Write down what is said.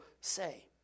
say